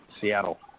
Seattle